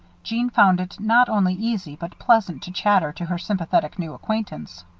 jeanne found it not only easy but pleasant to chatter to her sympathetic new acquaintance.